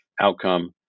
outcome